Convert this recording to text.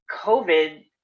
COVID